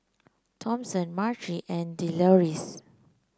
Thompson Marci and Deloris